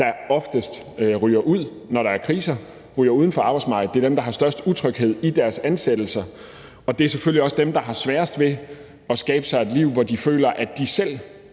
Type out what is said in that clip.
der oftest ryger ud af arbejdsmarkedet, når der er kriser. Det er dem, der har størst utryghed i deres ansættelser, og det er selvfølgelig også dem, der har sværest ved at skabe sig et liv, hvor de føler, at de selv